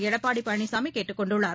எடப்பாடிபழனிசாமிகேட்டுக் கொண்டுள்ளார்